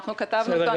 אנחנו כתבנו אותו,